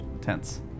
tense